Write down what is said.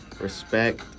respect